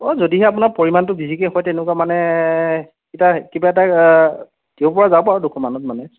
অঁ যদিহে আপোনাৰ পৰিমাণটো বেছিকৈ হয় তেনেকুৱা মানে কিতা কিবা এটা দিবপৰা যাব আৰু দুশমানত মানে